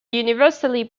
universally